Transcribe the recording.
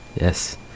Yes